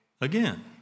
Again